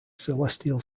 celestial